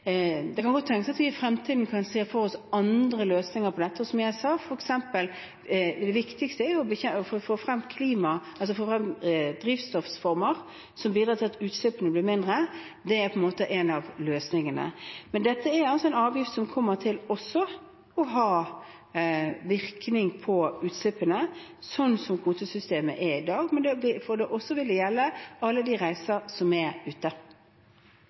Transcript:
kan godt tenkes at vi i fremtiden kan se for oss andre løsninger på dette, og som jeg sa, er det viktigste å få frem former for drivstoff som bidrar til at utslippene blir mindre. Det er en av løsningene. Men dette er altså en avgift som – sånn som kvotesystemet er i dag – kommer til å ha virkning på utslippene, og det vil gjelde alle reiser ute. Vi går videre til neste hovedspørsmål. I Stortingets nasjonale klimamål fastslås det – som det